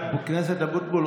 חבר הכנסת אבוטבול,